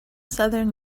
southern